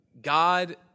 God